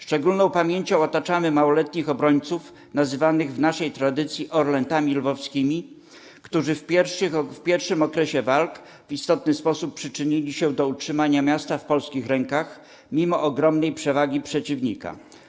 Szczególną pamięcią otaczamy małoletnich obrońców, nazywanych w naszej tradycji 'Orlętami Lwowskimi', którzy w pierwszym okresie walk w istotny sposób przyczynili się do utrzymania miasta w polskich rękach, mimo ogromnej przewagi przeciwnika.